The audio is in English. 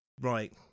Right